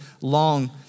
long